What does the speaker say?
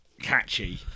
catchy